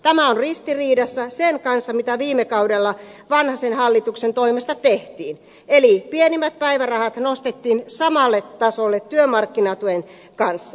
tämä on ristiriidassa sen kanssa mitä viime kaudella vanhasen hallituksen toimesta tehtiin eli pienimmät päivärahat nostettiin samalle tasolle työmarkkinatuen kanssa